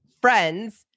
friends